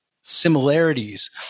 similarities